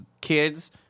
kids